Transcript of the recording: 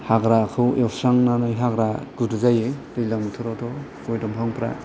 हाग्राखौ एवस्रांनानै हाग्रा गुदु जायो दैलां बोथोरावथ' गय दंफांफ्रा